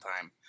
time